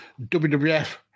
WWF